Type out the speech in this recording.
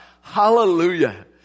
hallelujah